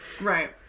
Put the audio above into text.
Right